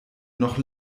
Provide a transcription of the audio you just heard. noch